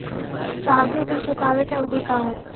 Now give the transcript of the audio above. सावधि ऋण चुकावे के अवधि का ह?